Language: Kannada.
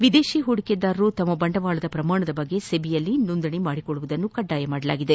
ವಿದೇಶಿ ಹೂಡಿಕೆದಾರರು ತಮ್ನ ಬಂಡವಾಳದ ಪ್ರಮಾಣ ಕುರಿತು ಸೆಬಿಯಲ್ಲಿ ನೋಂದಣಿ ಮಾಡಿಕೊಳ್ಲವುದನ್ನು ಕಡ್ಡಾಯ ಮಾಡಲಾಗಿದೆ